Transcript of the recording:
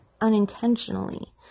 unintentionally